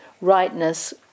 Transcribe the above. rightness